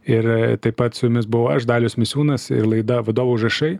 ir taip pat su jumis buvau aš dalius misiūnas ir laida vadovo užrašai